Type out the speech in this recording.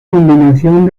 combinación